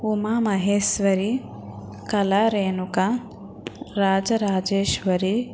Umamaheswari Kala Renuka Rajarajeshwari